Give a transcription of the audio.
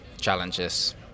challenges